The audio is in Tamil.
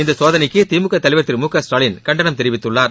இந்தசோதனைக்குதிமுக தலைவர் திரு மு க ஸ்டாலின் கண்டனம் தெரிவித்துள்ளார்